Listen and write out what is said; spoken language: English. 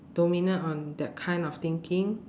dominant on that kind of thinking